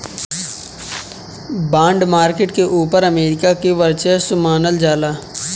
bond market के ऊपर America के वर्चस्व मानल जाला